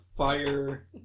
Fire